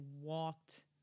walked